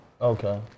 Okay